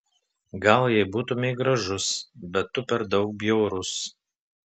gal jei būtumei gražus bet tu per daug bjaurus